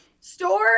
store